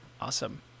Awesome